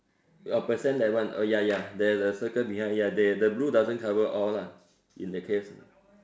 oh percent that one oh ya ya there's a circle behind ya they the blue doesn't cover all lah in that case